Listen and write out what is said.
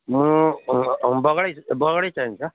म बगैडै बगडै चाहिन्छ